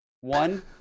One